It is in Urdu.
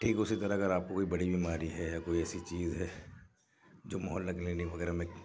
ٹھیک اسی طرح اگر آپ کو کوئی بڑی بیماری ہے کوئی ایسی چیز ہے جو محلہ کلینک وغیرہ میں